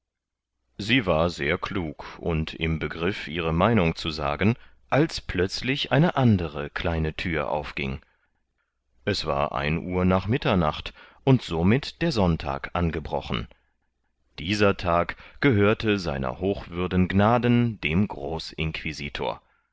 sie war sehr klug und im begriff ihre meinung zu sagen als plötzlich eine andere kleine thür aufging es war ein uhr nach mitternacht und somit der sonntag angebrochen dieser tag gehörte sr hochwürden gnaden dem großinquisitor